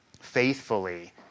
faithfully